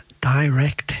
direct